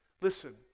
Listen